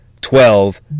Twelve